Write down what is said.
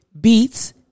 Beats